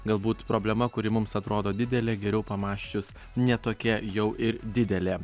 galbūt problema kuri mums atrodo didelė geriau pamąsčius ne tokia jau ir didelė